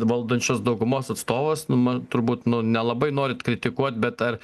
valdančios daugumos atstovas nu ma turbūt nu nelabai norit kritikuot bet ar